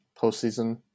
postseason